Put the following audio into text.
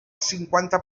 cinquanta